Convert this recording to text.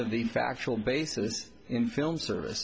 of the factual basis in film service